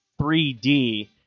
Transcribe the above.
3D